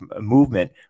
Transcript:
movement